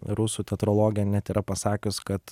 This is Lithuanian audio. rusų teatrologė net yra pasakius kad